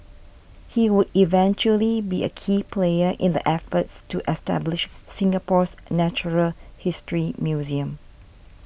he would eventually be a key player in the efforts to establish Singapore's natural history museum